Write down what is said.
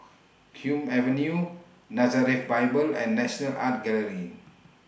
Hume Avenue Nazareth Bible and National Art Gallery